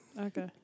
Okay